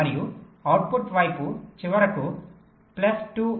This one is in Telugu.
మరియు అవుట్పుట్ వైపు చివరకు ప్లస్ 0